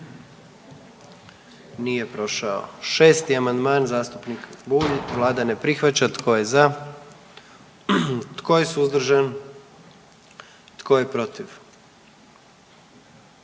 dio zakona. 44. Kluba zastupnika SDP-a, vlada ne prihvaća. Tko je za? Tko je suzdržan? Tko je protiv?